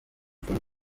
izindi